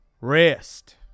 Rest